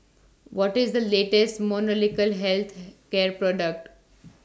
What IS The latest Molnylcke Health Care Product